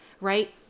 Right